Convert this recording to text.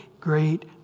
great